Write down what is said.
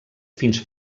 fins